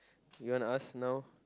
you want to ask now